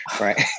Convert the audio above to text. right